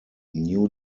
new